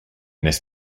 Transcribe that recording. this